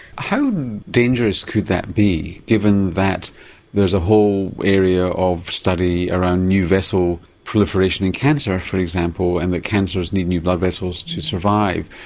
how dangerous could that be given that there's a whole area of study around new vessel proliferation in cancer for example and that cancers need new blood vessels to survive.